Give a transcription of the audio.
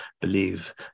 believe